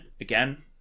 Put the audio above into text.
again